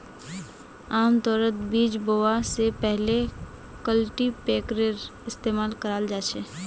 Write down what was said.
आमतौरत बीज बोवा स पहले कल्टीपैकरेर इस्तमाल कराल जा छेक